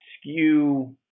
skew